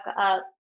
up